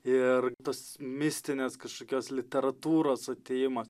ir tos mistinės kažkokios literatūros atėjimas